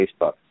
Facebook